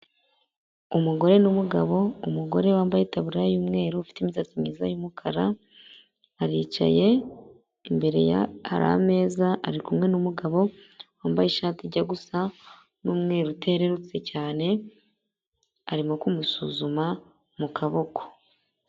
Umugore n'umugabo. Umugore wambaye taburiya y'umweru, ufite imisatsi myiza y'umukara aricaye, imbere ye hari ameza, arikumwe n'umugabo wambaye ishati ijya gusa n'umweru werurutse cyane, arimo kumusuzuma mu kaboko.